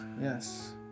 Yes